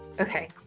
Okay